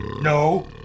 No